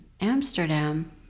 amsterdam